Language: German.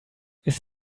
ist